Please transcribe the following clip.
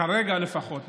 כרגע לפחות,